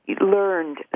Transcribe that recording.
learned